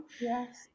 yes